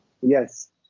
Yes